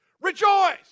Rejoice